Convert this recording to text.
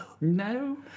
No